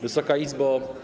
Wysoka Izbo!